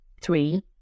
three